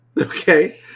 Okay